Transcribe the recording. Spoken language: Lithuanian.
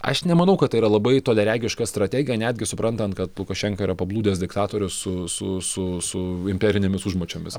aš nemanau kad tai yra labai toliaregiška strategija netgi suprantant kad lukašenka yra paplūdęs diktatorius su su su su imperinėmis užmačiomis